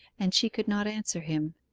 and she could not answer him.